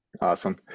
Awesome